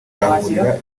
bazahurira